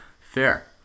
Fair